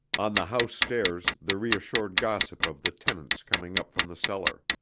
on the house stairs the reassured gossip of the tenants coming up from the cellar.